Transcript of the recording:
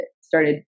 started